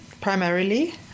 primarily